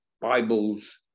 Bibles